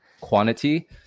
quantity